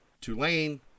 Tulane